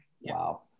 Wow